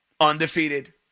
undefeated